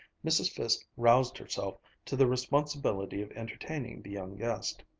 mrs. fiske roused herself to the responsibility of entertaining the young guest.